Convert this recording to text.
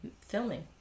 filming